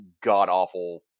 god-awful